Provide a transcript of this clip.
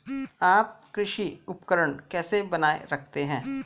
आप कृषि उपकरण कैसे बनाए रखते हैं?